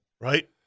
Right